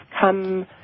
come